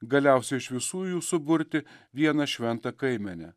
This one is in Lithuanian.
galiausiai iš visų jų suburti vieną šventą kaimenę